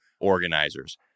organizers